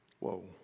Whoa